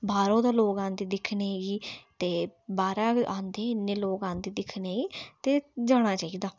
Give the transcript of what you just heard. बाह्रा दा लोक आंदे दिक्खने गी ते बाह्रा आंदी इन्ने लोक आंदे दिक्खने गी ते जाना चाहिदा